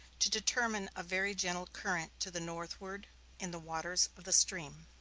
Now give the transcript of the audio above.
to determine a very gentle current to the northward in the waters of the stream.